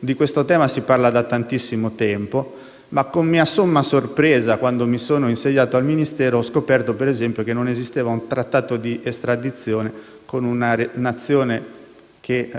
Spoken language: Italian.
di questo tema si parla da tantissimo tempo, ma con mia somma sorpresa quando mi sono insediato al Ministero ho scoperto, per esempio, che non esisteva un trattato di estradizione con una Nazione che